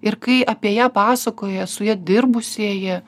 ir kai apie ją pasakoja su ja dirbusieji